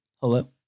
Hello